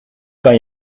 kan